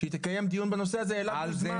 שהיא תקיים דיון בנושא הזה ואליו אתה תוזמן.